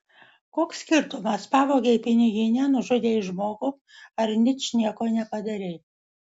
koks skirtumas pavogei piniginę nužudei žmogų ar ničnieko nepadarei